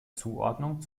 zuordnung